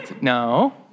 no